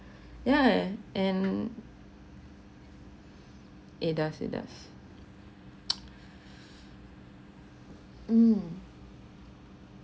yeah and it does it does mm